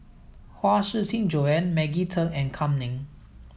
Huang Shiqi Joan Maggie Teng and Kam Ning